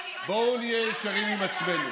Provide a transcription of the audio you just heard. בואו נהיה ישרים עם עצמנו.